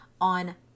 on